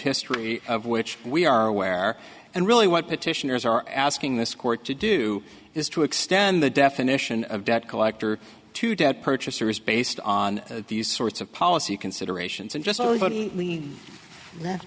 history of which we are aware and really what petitioners are asking this court to do is to extend the definition of debt collector to debt purchasers based on these sorts of policy considerations and